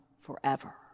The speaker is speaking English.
forever